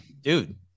dude